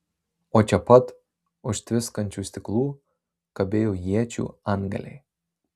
o čia pat už tviskančių stiklų kabėjo iečių antgaliai